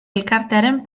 elkartearen